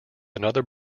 another